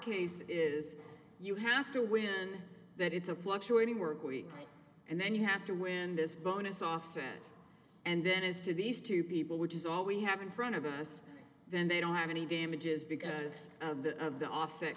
case is you have to win that it's a wash or any workweek right and then you have to win this bonus offset and then as to these two people which is all we have in front of us then they don't have any damages because of the of the offset